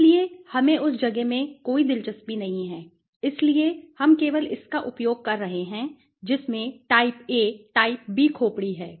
इसलिए हमें उस जगह में कोई दिलचस्पी नहीं है इसलिए हम केवल इसका उपयोग कर रहे हैं जिसमें टाइप ए टाइप बी खोपड़ी है